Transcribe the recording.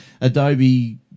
Adobe